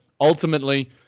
ultimately